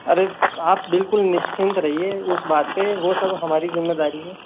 अरे आप बिल्कुल निश्चिंत रहिए उस बात पे वो सब हमारी ज़िम्मेदारी है